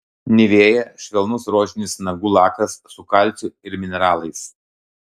nivea švelnus rožinis nagų lakas su kalciu ir mineralais